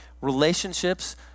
Relationships